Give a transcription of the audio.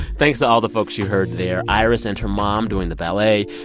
thanks to all the folks you heard there. iris and her mom doing the ballet,